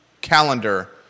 calendar